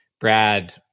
Brad